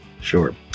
Sure